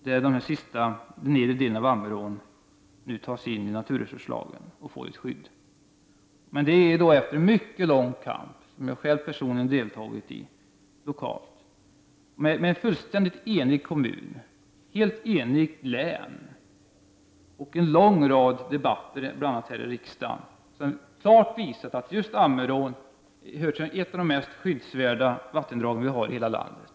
Den nedre delen av Ammerån kommer att föras in i naturresurslagen och därigenom få ett skydd. Detta har skett efter en mycket lång kamp, som jag själv har deltagit i lokalt. Man har i kommunen och i länet varit fullständigt eniga, och en lång rad debatter här i riksdagen har klart visat att just Ammerån är ett av de mest skyddsvärda vattendrag som vi har i hela landet.